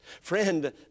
Friend